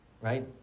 right